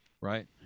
Right